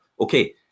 Okay